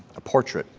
a portrait.